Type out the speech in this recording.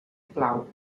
plau